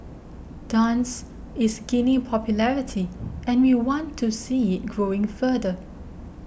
dance is gaining popularity and we want to see it growing further